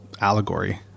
allegory